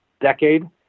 decade